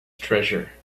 treasure